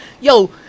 yo